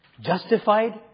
Justified